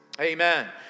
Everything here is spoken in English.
amen